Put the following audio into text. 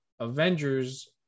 Avengers